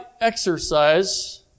exercise